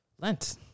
Lent